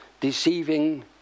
deceiving